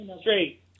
Straight